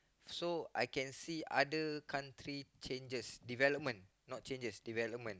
so I can see other country changes development not changes development